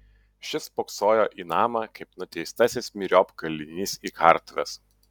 šis spoksojo į namą kaip nuteistasis myriop kalinys į kartuves